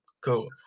Cool